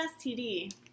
STD